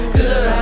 good